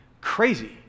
crazy